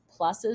pluses